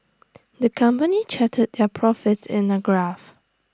the company charted their profits in A graph